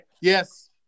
yes